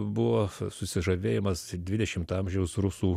buvo susižavėjimas dvidešimto amžiaus rusų